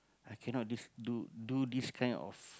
I cannot this do do this kind of